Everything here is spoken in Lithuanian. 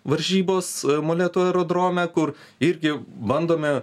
varžybos molėtų aerodrome kur irgi bandome